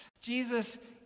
Jesus